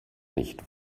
nicht